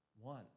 one